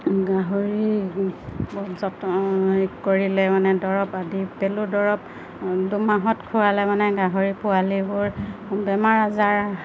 গাহৰি যতন কৰিলে মানে দৰৱ আদি পেলু দৰৱ দুমাহত খোৱালে মানে গাহৰি পোৱালিবোৰ বেমাৰ আজাৰ